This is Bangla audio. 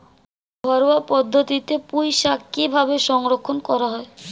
ঘরোয়া পদ্ধতিতে পুই শাক কিভাবে সংরক্ষণ করা হয়?